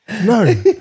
no